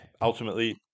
ultimately